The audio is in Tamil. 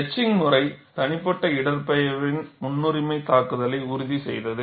எட்சிங்க் முறை தனிப்பட்ட இடப்பெயர்வின் முன்னுரிமை தாக்குதலை உறுதி செய்தது